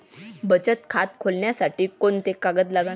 बचत खात खोलासाठी कोंते कागद लागन?